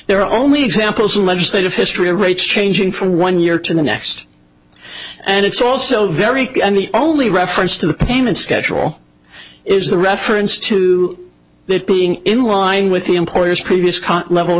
are only examples in legislative history of rates changing from one year to the next and it's also very and the only reference to the payment schedule is the reference to it being in line with the employer's previous